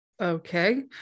okay